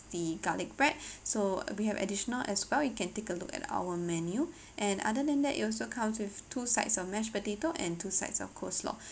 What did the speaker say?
the garlic bread so we have additional as well you can take a look at our menu and other than that you also comes with two sides of mashed potato and two sets of coleslaw